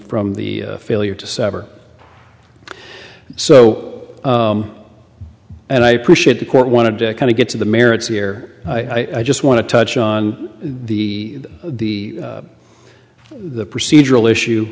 from the failure to sever so and i appreciate the court wanted to kind of get to the merits here i just want to touch on the the the procedural issue